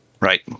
Right